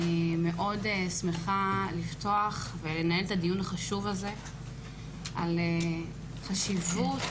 אני שמחה לנהל את הדיון החשוב על זה על חשיבת